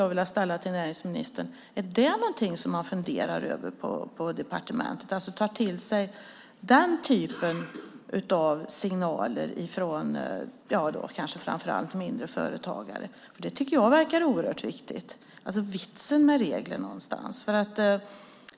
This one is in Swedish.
Jag skulle vilja fråga näringsministern: Är detta något som man funderar över på departementet och tar man till sig den typen av signaler från framför allt mindre företagare? Det tycker jag verkar oerhört viktigt, alltså att det ska vara vits med reglerna.